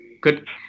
Good